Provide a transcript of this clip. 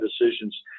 decisions